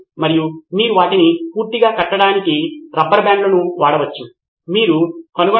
దీని కోసం మరియు దాని కోసం మీరు రంగు బ్యాడ్జ్లను కలిగి ఉండవచ్చు కాబట్టి అది సాధ్యమే